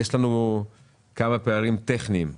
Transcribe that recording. יש לנו כמה פערים טכניים,